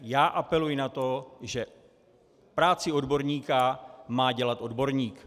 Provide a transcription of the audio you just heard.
Já apeluji na to, že práci odborníka má dělat odborník.